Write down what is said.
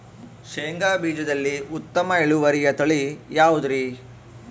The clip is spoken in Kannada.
ಶೇಂಗಾ ಬೇಜದಲ್ಲಿ ಉತ್ತಮ ಇಳುವರಿಯ ತಳಿ ಯಾವುದುರಿ?